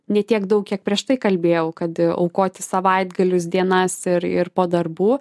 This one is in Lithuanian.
ne tiek daug kiek prieš tai kalbėjau kad aukoti savaitgalius dienas ir ir po darbų